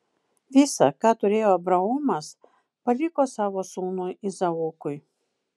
visa ką turėjo abraomas paliko savo sūnui izaokui